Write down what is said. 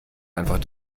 einfach